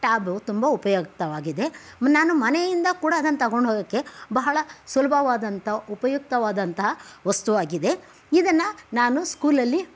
tab ತುಂಬ ಉಪಯುಕ್ತವಾಗಿದೆ ನಾನು ಮನೆಯಿಂದ ಕೂಡ ಅದನ್ನು ತಗೊಂಡು ಹೋಗೋಕ್ಕೆ ಬಹಳ ಸುಲಭವಾದಂಥ ಉಪಯುಕ್ತವಾದಂತಹ ವಸ್ತು ಆಗಿದೆ ಇದನ್ನು ನಾನು ಸ್ಕೂಲಲ್ಲಿ